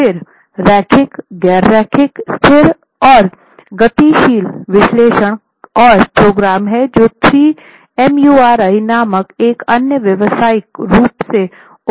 और स्थिर रैखिक गैर रैखिक स्थिर और गतिशील विश्लेषण और प्रोग्राम है जो 3MURI नामक एक अन्य व्यावसायिक रूप से उपलब्ध प्रोग्राम है